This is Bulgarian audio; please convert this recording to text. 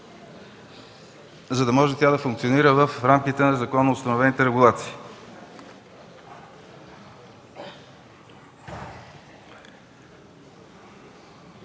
за да може тя да функционира в рамките на законоустановените регулации.